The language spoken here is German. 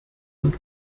und